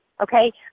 okay